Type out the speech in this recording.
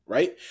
Right